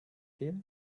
here